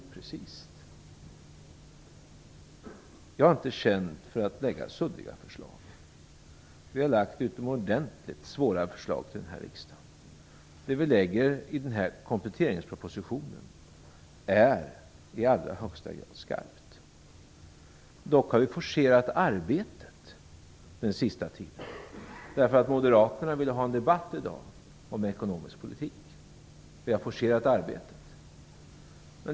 Jag har inte känt för att lägga fram suddiga förslag. Vi har lagt fram utomordentligt "svåra" förslag till den här riksdagen. De förslag som vi lägger fram i den här kompletteringspropositionen är i allra högsta grad skarpa. Vi har dock forcerat arbetet den sista tiden, eftersom moderaterna ville ha en debatt i dag om ekonomisk politik.